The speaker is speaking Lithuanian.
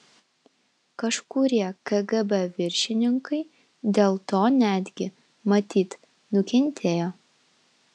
kažkurie kgb viršininkai dėl to netgi matyt nukentėjo